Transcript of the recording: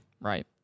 Right